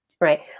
right